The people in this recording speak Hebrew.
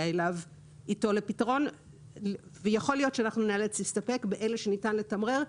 איתו לפתרון ויכול להיות שניאלץ להסתפק באלה שניתן לתמרר.